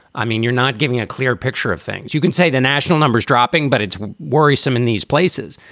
i mean, you're not giving a clear picture of things. you can say the national numbers dropping, but it's worrisome in these places.